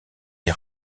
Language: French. les